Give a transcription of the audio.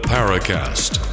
Paracast